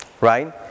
right